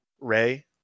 Ray